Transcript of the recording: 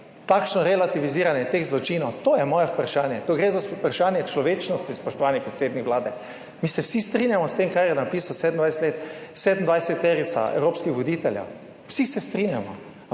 takšno relativiziranje teh zločinov? To je moje vprašanje. Tu gre za vprašanje človečnosti, spoštovani predsednik Vlade. Mi se vsi strinjamo s tem, kar je napisala sedemindvajseterica evropskih voditeljev, vsi se strinjamo.